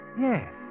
yes